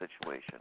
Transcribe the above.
situation